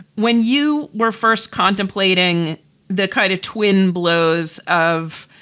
when you were first contemplating the kind of twin blows of,